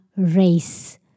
Race